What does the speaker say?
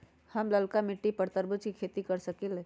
हम लालका मिट्टी पर तरबूज के खेती कर सकीले?